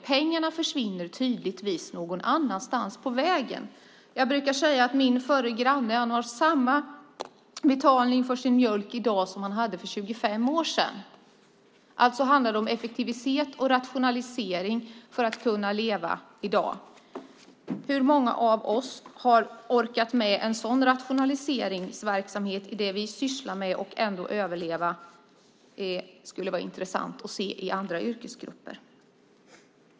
Pengarna försvinner helt klart någonstans på vägen. Jag brukar säga att min förre granne har samma betalning för sin mjölk i dag som för 25 år sedan. Det handlar alltså om effektivitet och rationalisering för att kunna leva i dag. Hur många av oss hade orkat med en sådan rationaliseringsverksamhet i det vi sysslar med och ändå överleva? Det skulle vara intressant att se hur det är i andra yrkesgrupper.